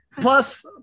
plus